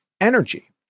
energy